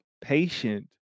patient